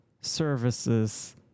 services